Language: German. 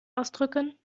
ausdrücken